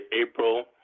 April